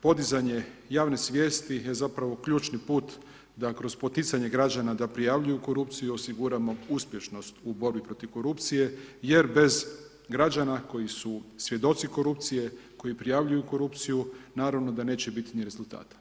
Podizanje javne svijesti je zapravo ključni put da kroz poticanje građana da prijavljuju korupciju osiguramo uspješnost u borbi protiv korupcije jer bez građana koji su svjedoci korupcije, koji prijavljuju korupciju neravno da neće biti ni rezultata.